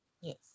yes